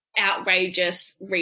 outrageous